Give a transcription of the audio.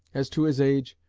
as to his age,